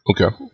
Okay